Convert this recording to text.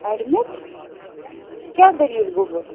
admit کیٛاہ دٔلیٖل گوٚبُر